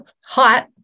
hot